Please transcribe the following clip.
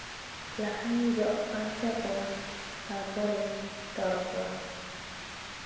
ᱞᱟᱦᱟᱧ ᱡᱚᱜ ᱯᱷᱟᱨᱪᱟ ᱠᱚᱣᱟ ᱛᱟᱨᱯᱚᱨᱮᱧ ᱛᱚᱞ ᱠᱚᱣᱟ